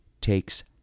takes